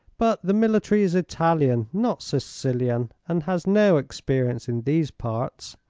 but the military is italian not sicilian and has no experience in these parts.